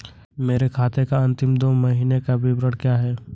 मेरे खाते का अंतिम दो महीने का विवरण क्या है?